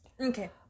Okay